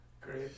great